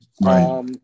Right